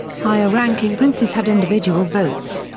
higher-ranking princes had individual votes,